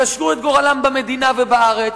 קשרו את גורלם במדינה ובארץ,